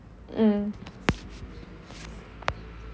mm